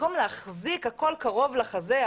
במקום להחזיק הכול קרוב לחזה,